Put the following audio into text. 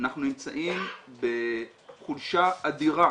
אנחנו נמצאים בחולשה אדירה